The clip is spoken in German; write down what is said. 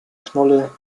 knolle